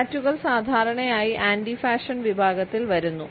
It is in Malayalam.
ടാറ്റൂകൾ സാധാരണയായി ആന്റി ഫാഷൻ വിഭാഗത്തിൽ വരുന്നു